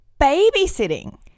Babysitting